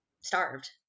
starved